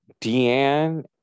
Deanne